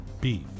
beef